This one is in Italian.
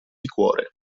liquore